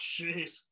jeez